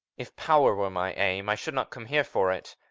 if power were my aim i should not come here for it.